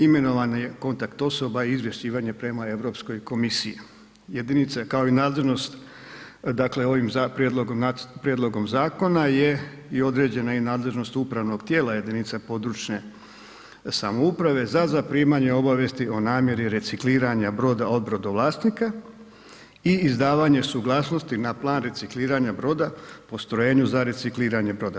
Imenovana je kontakt osoba i izvješćivanje prema Europskoj komisiji, jedinica, kao i nadležnost dakle ovim nacrtom prijedlogom zakona je i određena i nadležnost upravnog tijela jedinica područne samouprave za zaprimanje obavijesti o namjeri recikliranja broda od brodovlasnika i izdavanje suglasnosti na plan recikliranja broda postrojenju za recikliranje broda.